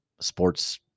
sports